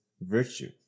virtue